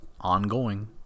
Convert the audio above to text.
ongoing